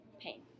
pain